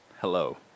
Hello